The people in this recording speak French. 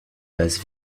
basse